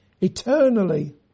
eternally